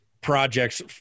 projects